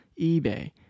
eBay